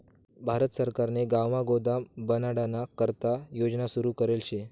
भारत सरकारने गावमा गोदाम बनाडाना करता योजना सुरू करेल शे